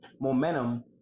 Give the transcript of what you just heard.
momentum